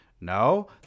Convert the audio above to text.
No